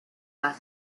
gas